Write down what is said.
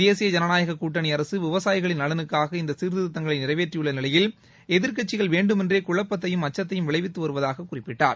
தேசிய ஜனநாயக கூட்டணி அரசு விவசாயிகளின் நலனுக்காக இந்த சீர்திருத்தங்களை நிறைவேற்றியுள்ள நிலையில் எதிர்க்கட்சிகள் வேண்டுமென்றே குழப்பத்தையும் அச்சத்தையும் விளைவித்து வருவதாக குறிப்பிட்டார்